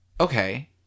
okay